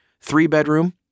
three-bedroom